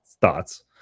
thoughts